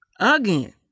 again